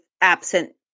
absent